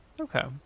okay